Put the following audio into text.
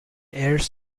heirs